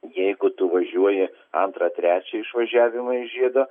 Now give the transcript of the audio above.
jeigu tu važiuoji antrą trečią išvažiavimą iš žiedo